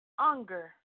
anger